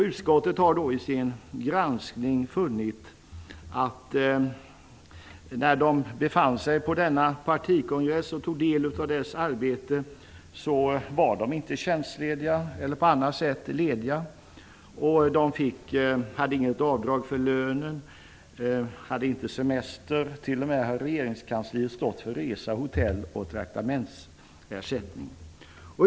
Utskottet har i sin granskning funnit att de inte var tjänstlediga, eller lediga på något annat sätt, när de befann sig på denna partikongress och tog del av det arbetet. De fick inget löneavdrag. De hade inte semester.